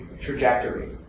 trajectory